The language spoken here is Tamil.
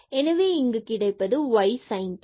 எனவே இங்கு கிடைப்பது y sin t ஆகும்